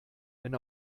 wenn